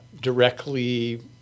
directly